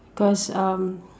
because um